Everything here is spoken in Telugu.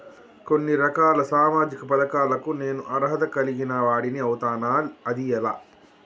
కొన్ని రకాల సామాజిక పథకాలకు నేను అర్హత కలిగిన వాడిని అవుతానా? అది ఎలా?